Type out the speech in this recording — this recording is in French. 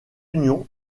union